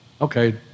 Okay